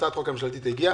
הצעת החוק הממשלתית הגיעה,